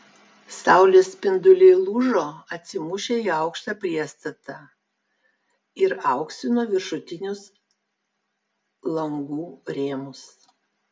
saulės spinduliai lūžo atsimušę į aukštą priestatą ir auksino viršutinius langų rėmus